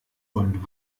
und